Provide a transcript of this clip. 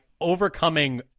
overcoming